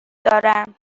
دارم